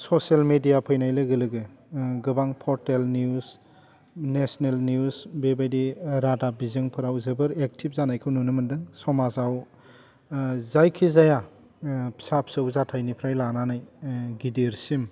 social media फैनाय लोगो लोगो गोबां पर्टेल निउस नेसनेल निउस बेबायदि रादाब बिजोंफ्राव जोबोद एक्टिब जानायखौ नुनो मोन्दों समाजाव जायखिजाया फिसा फिसौ जाथाइनिफ्राय लानानै गिदिरसिम